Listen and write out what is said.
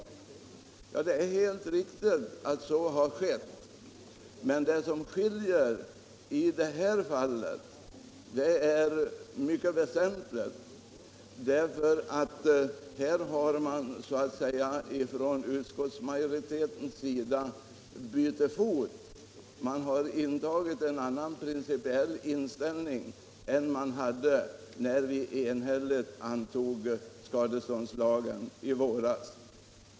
Ja, det är helt riktigt. Men det är en mycket väsentlig skillnad i det här fallet. Här har nämligen utskottsmajoriteten bytt fot. Man har intagit en annan principiell inställning än den man hade när vi enhälligt antog skadeståndslagen i våras.